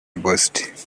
ghost